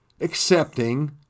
accepting